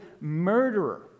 murderer